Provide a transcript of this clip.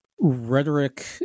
rhetoric